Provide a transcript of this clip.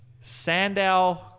Sandow